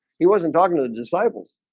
he wasn't talking to the disciples